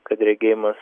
kad regėjimas